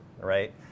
right